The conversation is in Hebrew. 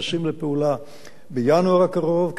נכנסים לפעולה בינואר הקרוב.